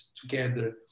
together